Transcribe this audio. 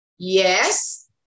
Yes